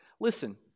listen